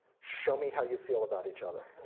show me how you feel about each other.